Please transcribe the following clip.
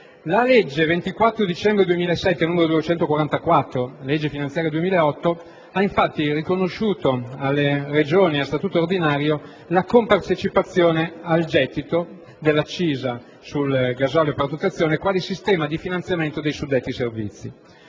La legge 24 dicembre 2007, n. 244 (legge finanziaria 2008), ha infatti riconosciuto alle Regioni a statuto ordinario la compartecipazione al gettito dell'accisa sul gasolio da autotrazione quale sistema di finanziamento dei suddetti servizi.